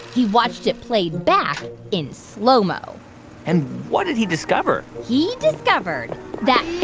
he watched it play back in slo-mo and what did he discover? he discovered that.